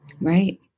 Right